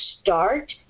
start